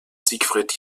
siegfried